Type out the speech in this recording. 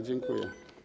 Dziękuję.